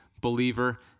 believer